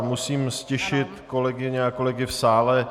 Musím ztišit kolegyně a kolegy v sále.